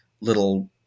little